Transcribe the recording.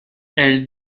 elle